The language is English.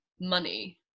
Money